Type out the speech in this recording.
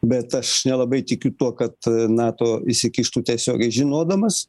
bet aš nelabai tikiu tuo kad nato įsikištų tiesiogiai žinodamas